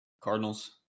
Cardinals